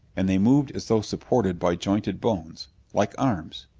and they moved as though supported by jointed bones like arms.